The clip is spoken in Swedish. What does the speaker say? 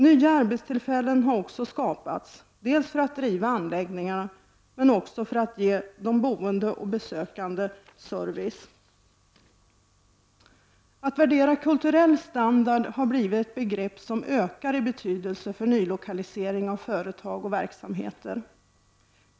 Nya arbetstillfällen har också skapats, dels för att driva anläggningarna, dels för att ge de boende och besökande service. Att värdera kulturell standard har blivit ett begrepp som ökar i betydelse för nylokalisering av företag och verksamheten.